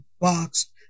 box